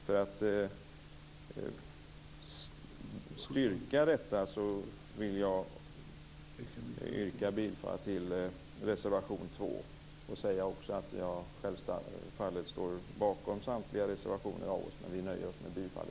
För att styrka detta vill jag yrka bifall till reservation 2. Jag står självfallet bakom samtliga reservationer från oss men nöjer mig med bifall.